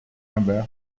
number